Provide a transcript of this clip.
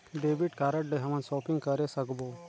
Debit card ले हमन shopping करे सकबो?